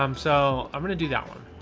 um so i'm going to do that one.